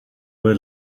will